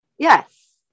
Yes